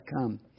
come